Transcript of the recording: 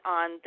on